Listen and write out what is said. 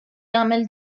jagħmel